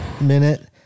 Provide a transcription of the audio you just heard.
minute